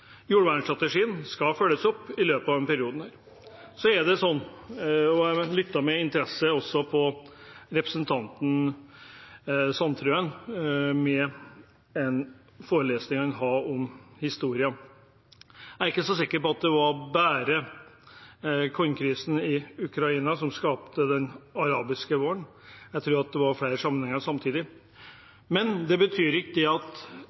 Jordvernstrategien skal følges opp i løpet av denne perioden. Jeg lyttet med interesse til representanten Sandtrøen og forelesningen han hadde om historien. Jeg er ikke så sikker på at det bare var kornprisen i Ukraina som skapte den arabiske våren. Jeg tror det var flere sammenhenger samtidig. Men det betyr ikke at